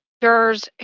jurors